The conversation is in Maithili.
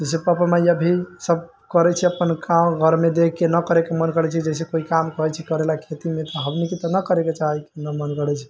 जैसे पप्पा माई अभी सब करै छै अपन गाँव घर मे देख के ना करय के मन करै छै जैसे कोइ काम कहै छै करय लए खेतीमे हमनीके तऽ ना करय के चाही मन करै छै